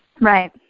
Right